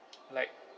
like